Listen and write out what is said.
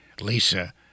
lisa